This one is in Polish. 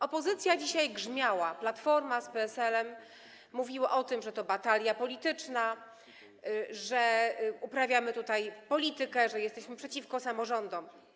Opozycja dzisiaj grzmiała, Platforma z PSL-em, mówiła o tym, że to batalia polityczna, że uprawiamy tutaj politykę, że jesteśmy przeciwko samorządom.